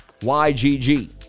YGG